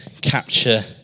capture